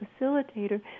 facilitator